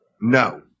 No